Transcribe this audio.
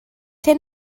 hyn